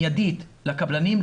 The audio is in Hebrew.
מיידית לקבלנים,